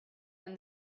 and